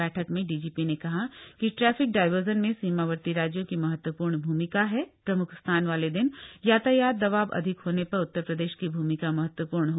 बछक में डीजीपी ने कहा कि ट्रफिक डायवर्जन में सीमावर्ती राज्यों की महत्वपूर्ण भूमिका है प्रमुख स्नान वाले दिन यातायात दबाव अधिक हामे पर उतर प्रदेश की भूमिका महत्वपूर्ण है